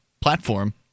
platform